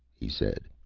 he said.